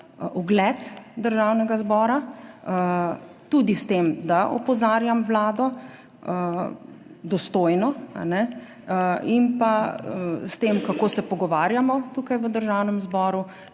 ugled Državnega zbora, tudi s tem, da opozarjam Vlado dostojno, in pa s tem, kako se pogovarjamo tukaj v Državnem zboru